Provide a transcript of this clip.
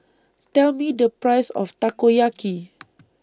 Tell Me The Price of Takoyaki